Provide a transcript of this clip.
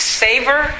savor